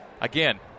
Again